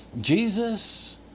Jesus